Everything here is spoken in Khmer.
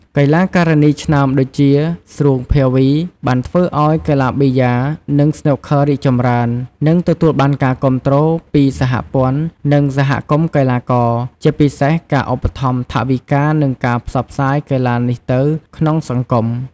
កីឡាការិនីឆ្នើមដូចជា ស្រួង ភាវី បានធ្វើឲ្យកីឡាប៊ីយ៉ា និងស្នូកឃ័ររីកចម្រើន និងទទួលបានការគាំទ្រពីសហព័ន្ធ និងសហគមន៍កីឡាករ ជាពិសេសការឧបត្ថម្ភថវិកា និងការផ្សព្វផ្សាយកីឡានេះទៅ ក្នុងសង្គម។